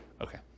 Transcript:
Okay